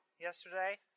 yesterday